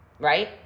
Right